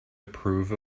approve